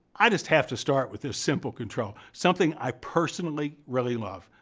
i just have to start with this simple control something i, personally, really love.